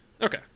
Okay